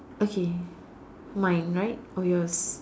okay mine right or yours